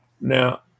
Now